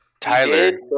Tyler